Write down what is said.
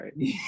right